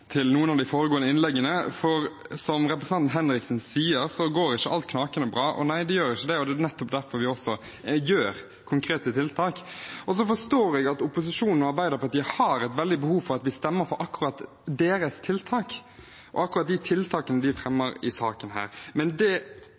til noen av de foregående innleggene, for som representanten Henriksen sier, går ikke alt knakende bra. Nei, det gjør ikke det, og det er nettopp derfor vi gjør konkrete tiltak. Jeg forstår at opposisjonen og Arbeiderpartiet har et veldig behov for at vi skal stemme for akkurat deres tiltak og akkurat de tiltakene de fremmer i denne saken. Det